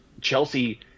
Chelsea